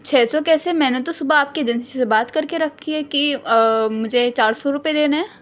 چھ سو کیسے میں نے تو صبح آپ کے ایجنسی سے بات کر کے رکھی ہے کہ مجھے چار سو روپئے دینے ہیں